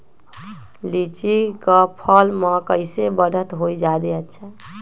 लिचि क फल म कईसे बढ़त होई जादे अच्छा?